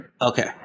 Okay